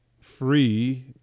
free